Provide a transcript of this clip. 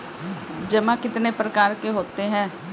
जमा कितने प्रकार के होते हैं?